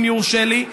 אם יורשה לי.